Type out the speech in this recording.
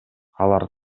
алар